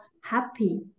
happy